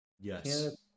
Yes